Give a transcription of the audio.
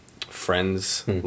friends